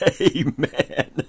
Amen